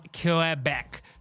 Quebec